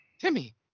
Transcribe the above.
Timmy